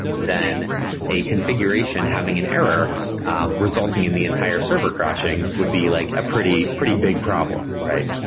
then a configuration having an error resulting in the entire server crashing would be like a pretty, pretty big problem, right?